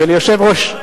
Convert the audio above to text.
ירושלים.